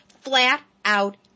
flat-out